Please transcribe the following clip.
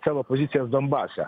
savo pozicijas donbase